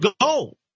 go